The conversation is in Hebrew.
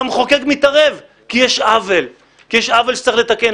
והמחוקק מתערב, כי יש עוול שצריך לתקן.